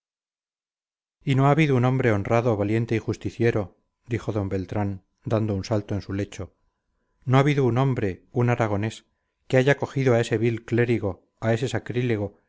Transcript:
y no ha habido un hombre honrado valiente y justiciero dijo d beltrán dando un salto en su lecho no ha habido un hombre un aragonés que haya cogido a ese vil clérigo a ese sacrílego